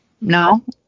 No